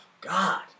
God